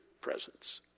presence